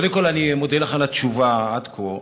קודם כול, אני מודה לך על התשובה עד כה.